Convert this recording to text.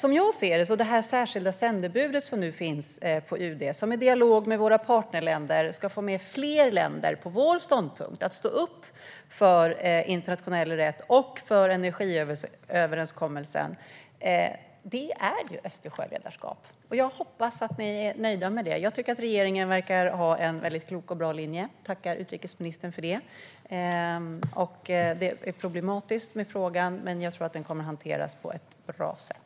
UD:s särskilda sändebud ska i dialog med våra partnerländer försöka få med fler länder på vår ståndpunkt att stå upp för internationell rätt och för energiöverenskommelsen. Detta är Östersjöledarskap, som jag ser det. Jag hoppas att ni är nöjda med det. Jag tycker att regeringen verkar ha en klok och bra linje, och jag vill tacka utrikesministern för det. Frågan är problematisk, men jag tror att den kommer att hanteras på ett bra sätt.